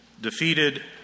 defeated